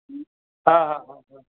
हा हा हा हा